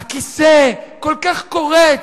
הכיסא כל כך קורץ,